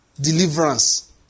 deliverance